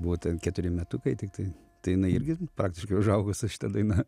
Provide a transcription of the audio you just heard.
buvo ten keturi metukai tiktai tai jinai irgi praktiškai užaugo su šita daina